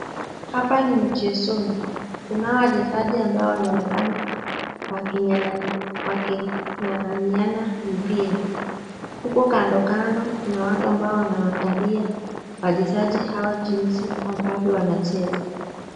Hapa ni mchezoni, kunao wachezaji ambao wanaonekana wakinganganiana mpira, huko kando kando kuna watu ambao wanawaangalia wachezaji hawa jinsi ambavyo wanacheza.